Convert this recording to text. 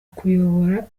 kuyobora